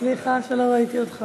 סליחה שלא ראיתי אותך,